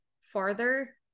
farther